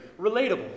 relatable